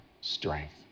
strength